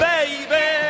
Baby